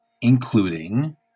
including